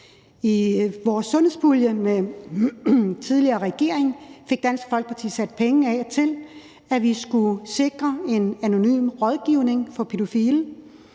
lavede sammen med den tidligere regering, fik Dansk Folkeparti sat penge af til, at vi skulle sikre en anonym rådgivning for pædofile,